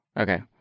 okay